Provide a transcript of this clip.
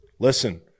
Listen